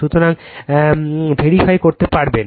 সুতরাং ভেরিফাই করতে পারেন